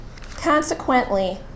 Consequently